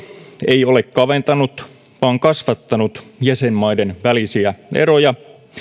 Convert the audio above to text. ei ole kaventanut vaan kasvattanut jäsenmaiden välisiä eroja